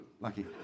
Lucky